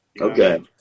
okay